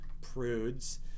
prudes